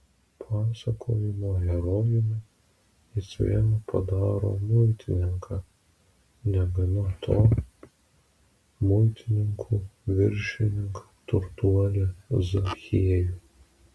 pasakojimo herojumi jis vėl padaro muitininką negana to muitininkų viršininką turtuolį zachiejų